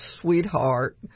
sweetheart